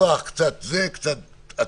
זאת אומרת, השופט לא שומע.